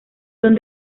son